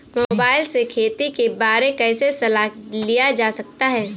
Mobile से खेती के बारे कैसे सलाह लिया जा सकता है?